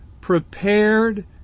prepared